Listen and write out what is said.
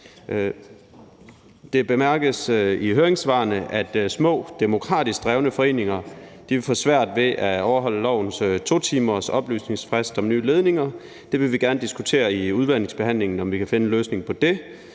Det bemærkes i høringssvarene, at små, demokratisk drevne foreninger vil få svært ved at overholde lovens 2-timersoplysningsfrist om nye ledninger. Vi vil gerne diskutere i udvalgsbehandlingen, om vi kan finde en løsning på det;